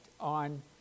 on